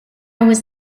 was